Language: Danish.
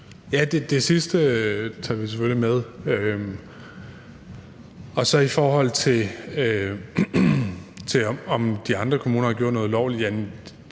Det tager vi selvfølgelig med. I forhold til om de andre kommuner har gjort noget ulovligt,